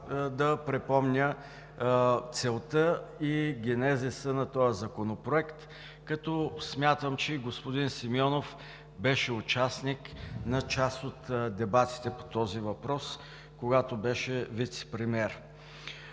да припомня целта и генезиса на този законопроект, като смятам, че и господин Симеонов беше участник в част от дебатите по този въпрос, когато беше вицепремиер.